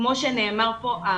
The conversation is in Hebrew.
כמו שנאמר פה,